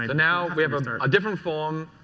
and now we have and a different form,